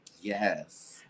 Yes